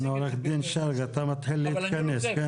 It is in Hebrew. כן, עו"ד שרגא, אתה מתחיל להתכנס, כן?